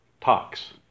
talks